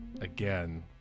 Again